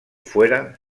fuera